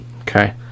Okay